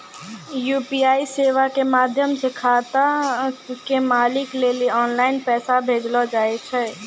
UPI सेबा के माध्यमो से खाता के मालिक लेली आनलाइन पैसा भेजै सकै छो